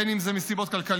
בין אם זה מסיבות כלכליות,